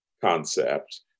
concept